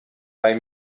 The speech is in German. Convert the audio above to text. bei